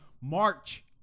March